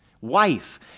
Wife